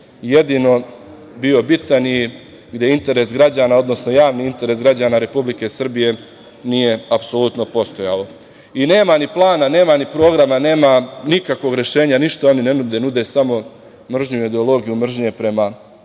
jedino bio bitan i gde interes građana, odnosno javni interes građana Republike Srbije nije apsolutno postojao. Nema ni plana, nema ni programa, nikakvog rešenja, ništa oni ne nude, nude samo mržnju ideologije, mržnju prema